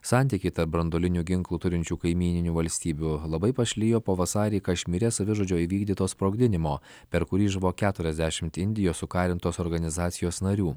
santykiai tarp branduolinių ginklų turinčių kaimyninių valstybių labai pašlijo po vasarį kašmyre savižudžio įvykdyto sprogdinimo per kurį žuvo keturiasdešimt indijos sukarintos organizacijos narių